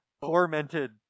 tormented